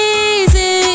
easy